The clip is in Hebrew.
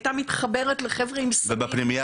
הייתה מתחברת לחבר'ה עם סמים --- ובפנימייה